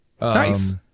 nice